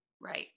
Right